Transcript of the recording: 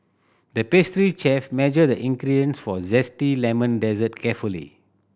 the pastry chef measured the ingredients for a zesty lemon dessert carefully